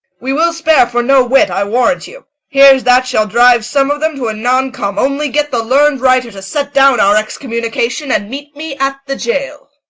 we will spare for no wit, i warrant you here's that shall drive some of them to a non-come only get the learned writer to set down our excommunication, and meet me at the gaol.